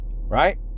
right